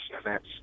events